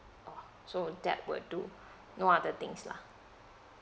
oh so that will do no other things lah